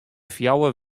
fjouwer